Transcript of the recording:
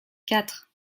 quatre